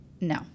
No